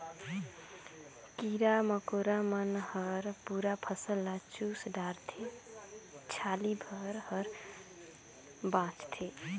कीरा मकोरा मन हर पूरा फसल ल चुस डारथे छाली भर हर बाचथे